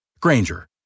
Granger